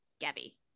Gabby